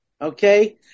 Okay